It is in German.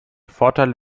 vorteil